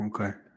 okay